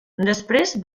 després